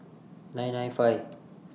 nine nine five